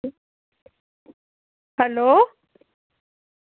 hello